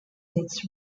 its